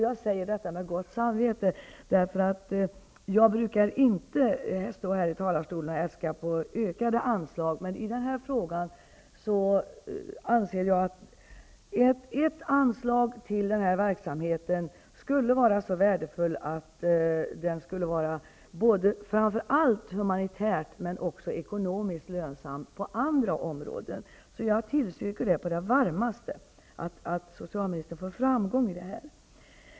Jag säger detta med gott samvete -- jag brukar inte stå i kammarens talarstol och yrka på ökade anslag, men ett anslag till den här verksamheten skulle vara framför allt humanitärt men också ekonomiskt lönsamt på andra områden. Jag önskar på det varmaste att socialministern får framgång i det här arbetet.